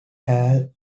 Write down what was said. had